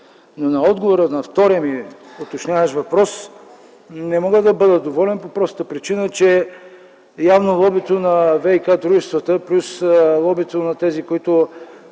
те. От отговора на втория ми уточняващ въпрос не мога да бъда доволен по простата причина, че явно лобито на ВиК дружествата плюс лобито на тези, които